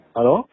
Hello